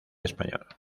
español